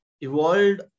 evolved